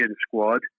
squad